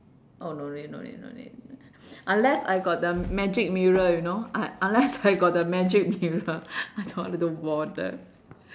oh no need no need no need unless I got the magic mirror you know ah unless I got the magic mirror I don't want to do bothered